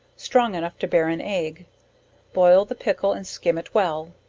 strong enough to bear an egg boil the pickle and skim it well,